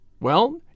Well